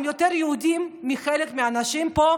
הם יותר יהודים מחלק מהאנשים פה,